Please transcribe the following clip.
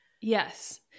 Yes